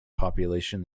population